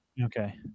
Okay